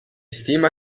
stima